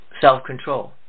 self-control